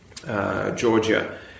Georgia